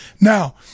Now –